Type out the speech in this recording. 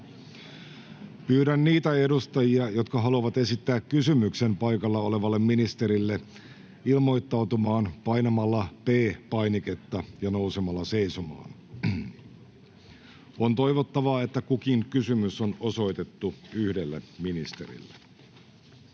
Pyydän niitä edustajia, jotka haluavat esittää kysymyksen paikalle olevalle ministerille, ilmoittautumaan painamalla P-painiketta ja nousemalla seisomaan. On toivottavaa, että kukin kysymys on osoitettu yhdelle ministerille.